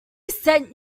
sent